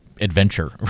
adventure